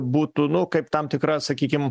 būtų nu kaip tam tikra sakykim